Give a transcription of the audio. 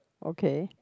okay